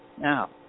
Now